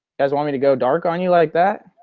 guys want me to go dark on you like that?